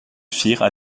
firent